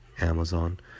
Amazon